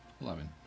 Eleven